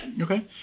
Okay